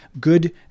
good